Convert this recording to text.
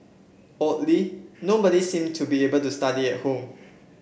oddly nobody seemed to be able to study at home